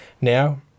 now